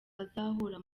azahura